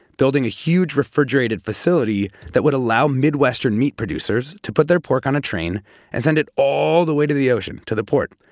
building a huge refrigerated facility that would allow midwestern meat producers to put their pork on a train and send it all the way to the ocean, to the port.